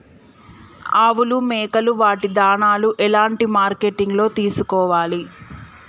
ఆవులు మేకలు వాటి దాణాలు ఎలాంటి మార్కెటింగ్ లో తీసుకోవాలి?